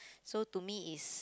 so to me it's